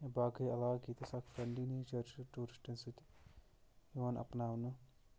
یا باقٕے علاقہٕ ییٚتٮ۪س اَکھ فرٛٮ۪نٛڈلی نیچَر چھُ ٹوٗرِسٹَن سۭتۍ یِوان اَپناونہٕ